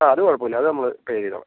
ആ അത് കുഴപ്പമില്ല അത് നമ്മൾ പേ ചെയ്തോളാം